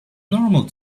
normal